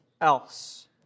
else